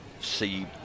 see